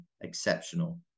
exceptional